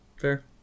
Fair